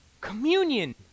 Communion